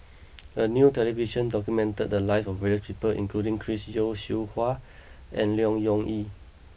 a new television documented the lives of various people including Chris Yeo Siew Hua and Leong Yee Soo